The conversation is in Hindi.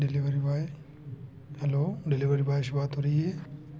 delivery boy hello delivery boy से बात हो रही है